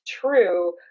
true